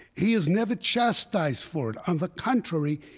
he is never chastised for it. on the contrary,